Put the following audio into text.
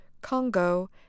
Congo